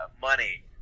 money